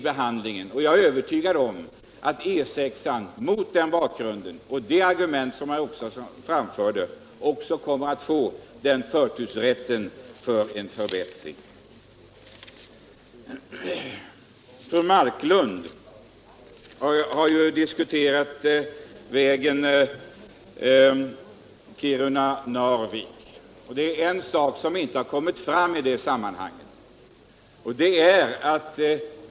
Jag är mot den bakgrunden övertygad om att E6 också kommer att få den förtursrätten. Fru Marklund har diskuterat vägen Kiruna-Narvik. Det är en sak som inte har kommit fram i det sammanhanget.